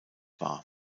wahr